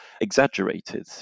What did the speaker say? exaggerated